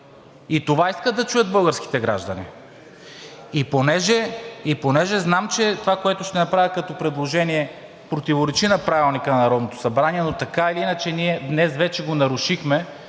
Това искат да чуят българските граждани. И понеже знам, че това, което ще направя като предложение, противоречи на Правилника на Народното събрание, но така или иначе ние днес вече го нарушихме,